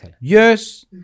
Yes